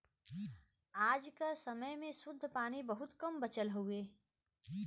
आज क समय में शुद्ध पानी बहुत कम बचल हउवे